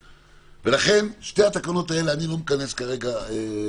לכן לשתי התקנות האלה אני לא מכנס דיון.